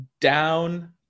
down